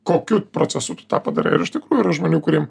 kokiu procesu tu tą padarai ir iš tikrųjų yra žmonių kuriem